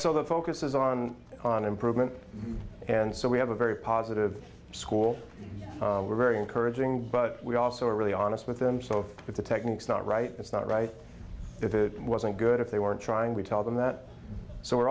so the focus is on on improvement and so we have a very positive school we're very encouraging but we also really honest with them so that the technique is not right it's not right that it wasn't good if they were trying we tell them that so we're